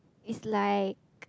it's like